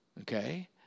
Okay